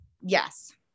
yes